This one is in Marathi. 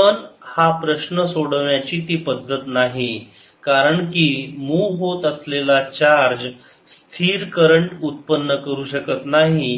पण हा प्रश्न सोडवण्याची ती पद्धत नाही कारण की मुव होत असलेला चार्ज स्थिर करंट उत्पन्न करू शकत नाही